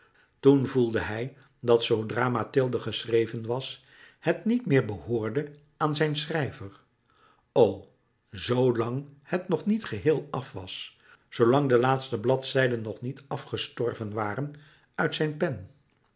toen voelde hij dat zoodra mathilde geschreven was het niet meer behoorde aan zijn schrijver o zoolang het nog niet geheel af was zoolang de laatste bladzijden nog niet afgestorven waren uit zijn pen